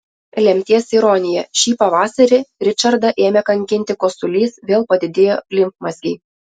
lemties ironija šį pavasarį ričardą ėmė kankinti kosulys vėl padidėjo limfmazgiai